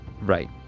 Right